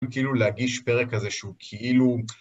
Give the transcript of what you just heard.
כאילו להגיש פרק כזה שהוא כאילו...